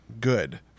good